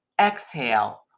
Exhale